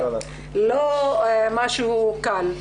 לא משהו קל.